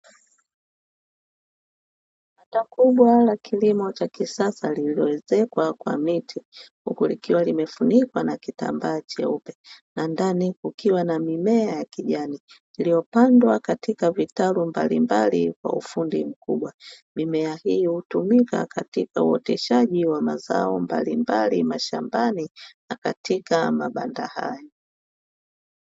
Banda Kubwa la kilimo cha kisasa lililoezekwa kwa miti, huku limefunikwa na kitambaa cheupe na ndani kukiwa na mimea ya kijani, iliyopandwa katika vitalu mbalimbali kwa ufundi mkubwa. Mimea hii hutumika katika uoteshaji wa mazao mbalimbali mashambani na katika mabanda hayo.